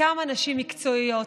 כמה נשים מקצועיות,